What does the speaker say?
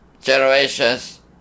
generations